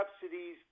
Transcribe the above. subsidies